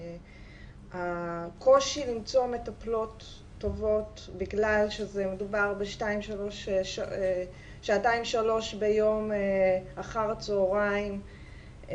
הקושי למצוא מטפלות טובות בגלל שמדובר בשעתיים-שלוש ביום אחר הצהריים,